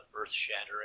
earth-shattering